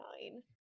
nine